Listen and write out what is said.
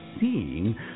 seeing